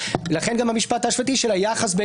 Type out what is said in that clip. לכן גם המשפט ההשוואתי של היחס בין